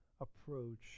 approach